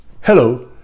Hello